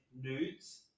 nudes